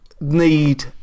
need